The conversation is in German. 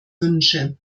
wünsche